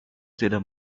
tidak